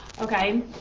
Okay